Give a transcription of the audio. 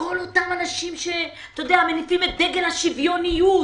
שכל אותם אנשים שמניפים את דגל השוויוניות,